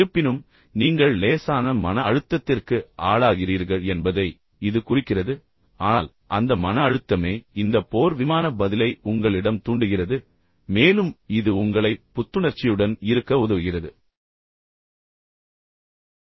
இருப்பினும் நீங்கள் லேசான மன அழுத்தத்திற்கு ஆளாகிறீர்கள் என்பதை இது குறிக்கிறது ஆனால் அந்த மன அழுத்தமே இந்த போர் விமான பதிலை உங்களிடம் தூண்டுகிறது மேலும் இது உங்களை புத்துணர்ச்சியுடன் இருக்க உதவுகிறது